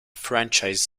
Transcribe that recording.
franchise